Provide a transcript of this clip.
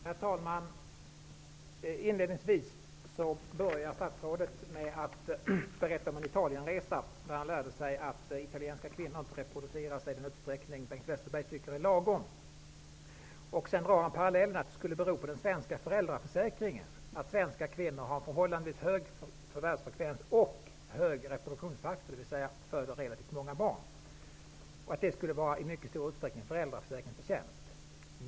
Herr talman! Inledningsvis berättade statsrådet om en Italienresa, där han lärde sig att italienska kvinnor inte reproducerar sig i den utsträckning som Bengt Westerberg tycker är lagom. Han gjorde sedan jämförelsen med svenska kvinnor som har en förhållandevis hög förvärvsfrekvens och högre reproduktionstakt, dvs. att de föder relativt många barn. Detta skulle i mycket stor utsträckning vara den svenska föräldraförsäkringens förtjänst.